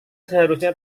seharusnya